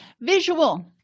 visual